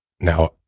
now